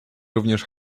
również